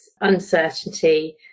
uncertainty